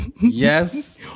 Yes